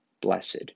Blessed